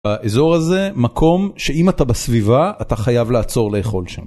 האזור הזה, מקום שאם אתה בסביבה, אתה חייב לעצור לאכול שם.